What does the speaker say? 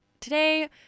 Today